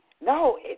no